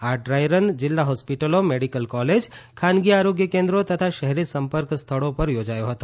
આ ડ્રાયરન જિલ્લા હોસ્પિટલો મેડિકલ કોલેજ ખાનગી આરોગ્ય કેન્દ્રો તથા શહેરી સંપર્ક સ્થળો પર યોજાયો હતો